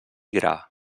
gra